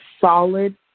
solid